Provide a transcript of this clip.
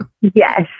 Yes